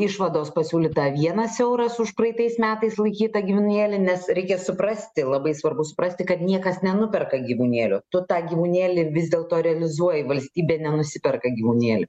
išvados pasiūlyta vienas euras už praeitais metais laikytą gyvūnėlį nes reikia suprasti labai svarbu suprasti kad niekas nenuperka gyvūnėlio tu tą gyvūnėlį vis dėlto realizuoji valstybė nenusiperka gyvūnėl